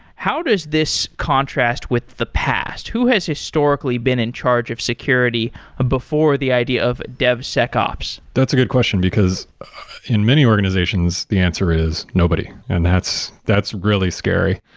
how does this contrast with the past? who has historically been in charge of security ah before the idea of devsecops? that's a good question, because in many organizations the answer is nobody and that's that's really scary.